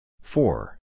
Four